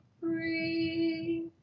free